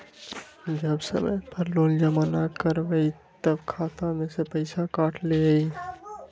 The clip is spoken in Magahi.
जब समय पर लोन जमा न करवई तब खाता में से पईसा काट लेहई?